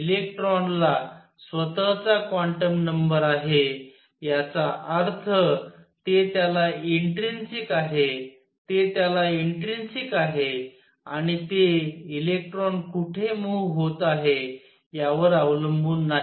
इलेक्ट्रॉनला स्वतःचा quantum number आहे याचा अर्थ ते त्याला इंट्रिनसिक आहे ते त्याला इंट्रिनसिक आहे आणि ते इलेक्ट्रॉन कुठे मूव्ह होत आहे यावर अवलंबून नाही